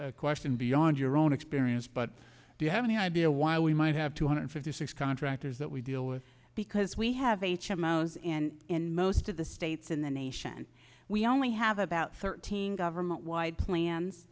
question beyond your own experience but do you have any idea why we might have two hundred fifty six contractors that we deal with because we have h m o s and in most of the states in the nation we only have about thirteen government wide plans